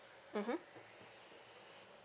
mmhmm